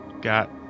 got